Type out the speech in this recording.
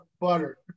butter